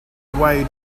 way